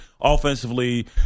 Offensively